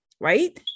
right